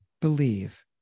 believe